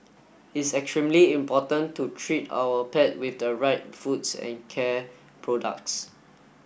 it's extremely important to treat our pet with the right foods and care products